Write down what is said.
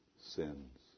sins